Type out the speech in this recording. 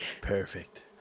Perfect